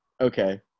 Okay